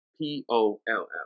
P-O-L-L